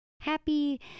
happy